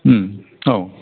औ